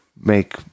make